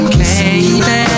baby